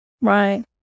Right